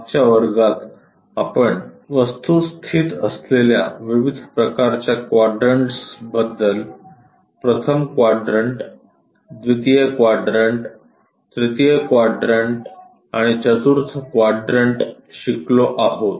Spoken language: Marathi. मागच्या वर्गात आपण वस्तू स्थित असलेल्या विविध प्रकारच्या क्वाड्रंट्सबद्दल प्रथम क्वाड्रंट द्वितीय क्वाड्रंट तृतीय क्वाड्रंट आणि चतूर्थ क्वाड्रंट शिकलो आहोत